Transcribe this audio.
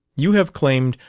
you have claimed,